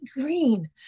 green